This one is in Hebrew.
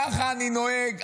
ככה אני נוהג.